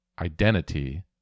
identity